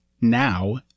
now